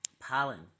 Pollen